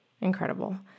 Incredible